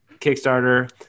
Kickstarter